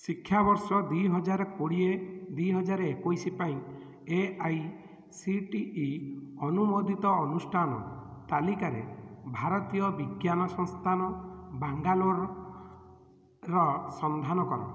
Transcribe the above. ଶିକ୍ଷାବର୍ଷ ଦୁଇ ହଜାର କୋଡ଼ିଏ ଦୁଇ ହଜାର ଏକୋଇଶି ପାଇଁ A I C T E ଅନୁମୋଦିତ ଅନୁଷ୍ଠାନ ତାଲିକାରେ ଭାରତୀୟ ବିଜ୍ଞାନ ସଂସ୍ଥାନ ବାଙ୍ଗାଲୋରର ସନ୍ଧାନ କର